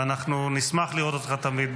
ואנחנו נשמח לראות אותך תמיד.